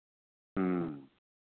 होम